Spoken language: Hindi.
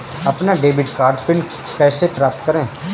अपना डेबिट कार्ड पिन कैसे प्राप्त करें?